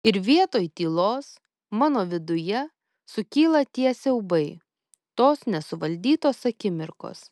ir vietoj tylos mano viduje sukyla tie siaubai tos nesuvaldytos akimirkos